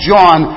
John